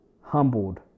humbled